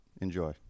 Enjoy